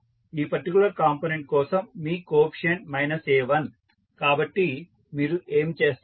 ఈ particular component కోసం మీ కోఎఫీసియంట్ మైనస్ a1 కాబట్టి మీరు ఏమి చేస్తారు